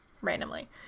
Randomly